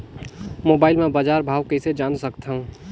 Mobile म बजार भाव कइसे जान सकथव?